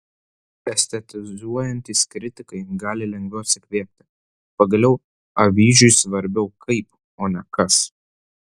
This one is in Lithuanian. estetizuojantys kritikai gali lengviau atsikvėpti pagaliau avyžiui svarbiau kaip o ne kas